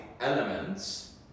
elements